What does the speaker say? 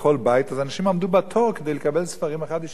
אז אנשים עמדו בתור כדי לקבל ספרים אחד בשביל השני.